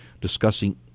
discussing